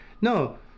no